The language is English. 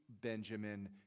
Benjamin